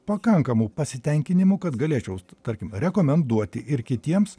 pakankamu pasitenkinimu kad galėčiau tarkim rekomenduoti ir kitiems